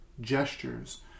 gestures